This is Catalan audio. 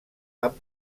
amb